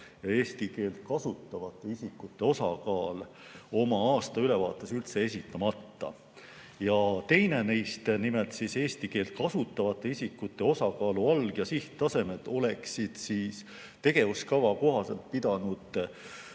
ja eesti keelt kasutavate isikute osakaal, oma aastaülevaates üldse esitamata. Teine neist, nimelt eesti keelt kasutavate isikute osakaalu alg‑ ja sihttasemed, oleks tegevuskava kohaselt pidanud